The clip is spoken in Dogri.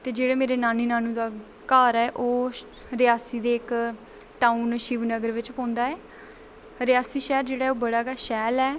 ते जेह्ड़ा मेरे नानी नानू दा घर ऐ ओह् रियासी दे इक टाऊन दे शिव नगर बिच पौंदा ऐ रियासी शैह्र ऐ जेह्ड़ा ओह् बड़ा गै शैल ऐ